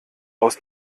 aus